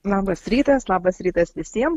labas rytas labas rytas visiem